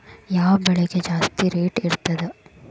ಯಾವ ಬೆಳಿಗೆ ಜಾಸ್ತಿ ರೇಟ್ ಇರ್ತದ?